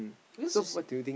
because you see